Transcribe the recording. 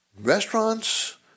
restaurants